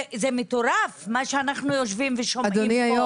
זה מטורף מה שאנחנו יושבים ושומעים פה.